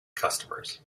customers